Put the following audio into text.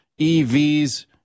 EVs